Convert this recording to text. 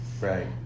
Right